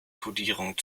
kodierung